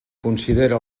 considere